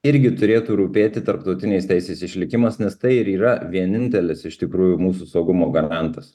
irgi turėtų rūpėti tarptautinės teisės išlikimas nes tai ir yra vienintelis iš tikrųjų mūsų saugumo garantas